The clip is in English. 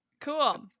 cool